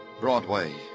Broadway